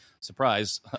surprise